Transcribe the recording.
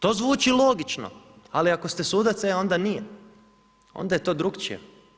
To zvuči logično, ali ako ste sudac, e onda nije, onda je to drugačije.